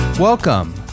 Welcome